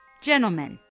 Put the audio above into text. Gentlemen